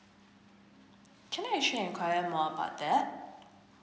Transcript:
can I actually enquire more about that